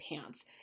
pants